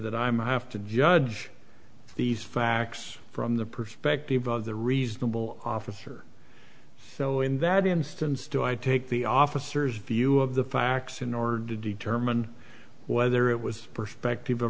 that i'm have to judge these facts from the perspective of the reasonable officer so in that instance do i take the officers view of the facts in order to determine whether it was perspective